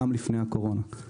גם לפני הקורונה.